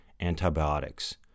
antibiotics